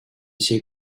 she